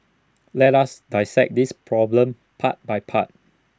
let us dissect this problem part by part